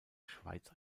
schweiz